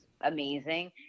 amazing